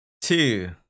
two